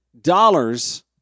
dollars